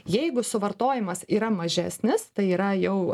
jeigu suvartojimas yra mažesnis tai yra jau